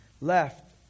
left